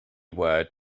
word